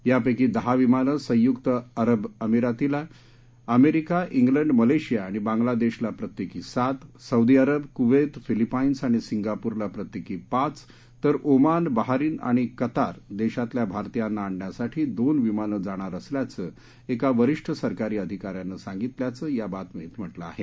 यापैकी दहा विमानं संयुक्त अरब अमिरातीला अमेरिका इंग्लंड मलेशिया आणि बांग्लादेशला प्रत्येकी सात सौदी अरब कुवैत फिलिपाईन्स आणि सिंगापुरला प्रत्येकी पाच तर ओमान बहारिन आणि कतार देशातल्या भारतीयांना आणण्यासाठी दोन विमानं जाणार असल्याचं एका वरिष्ठ सरकारी अधिकाऱ्यानं सांगितल्याचं या बातमीत म्हटलं आहे